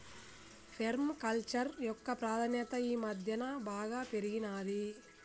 పేర్మ culture యొక్క ప్రాధాన్యత ఈ మధ్యన బాగా పెరిగినాది